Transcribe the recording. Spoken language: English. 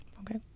Okay